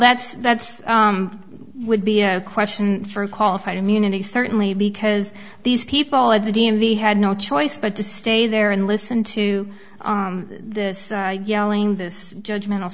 that's that's would be a question for qualified immunity certainly because these people at the d m v had no choice but to stay there and listen to this yelling this judgment